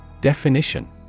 Definition